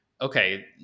okay